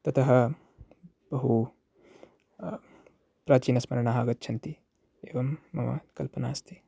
ततः बहु प्रचीनस्मरणाः आगच्छन्ति एवं मम कल्पना अस्ति